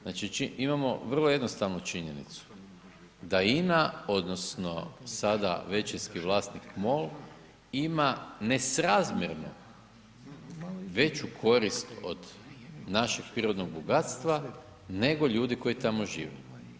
Znači imamo vrlo jednostavnu činjenicu, da INA odnosno sada većinski vlasnik MOL ima nesrazmjerno veću korist od našeg prirodnog bogatstva, nego ljudi koji tamo žive.